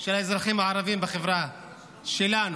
של האזרחים הערבים בחברה שלנו.